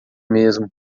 mesmo